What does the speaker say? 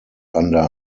under